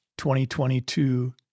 2022